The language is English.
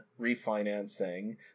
refinancing